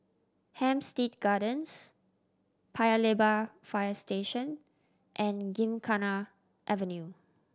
Hampstead Gardens Paya Lebar Fire Station and Gymkhana Avenue